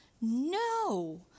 no